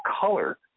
color